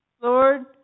Lord